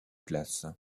glace